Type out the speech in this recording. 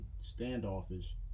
standoffish